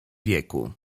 wieku